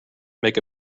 make